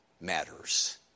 matters